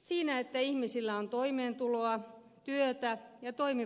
siinä että ihmisillä on toimeentuloa työtä ja toimivat peruspalvelut